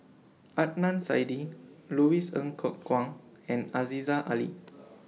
Adnan Saidi Louis Ng Kok Kwang and Aziza Ali